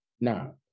Now